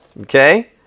Okay